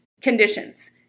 conditions